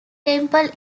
temple